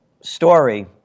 story